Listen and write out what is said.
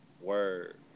Word